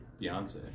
Beyonce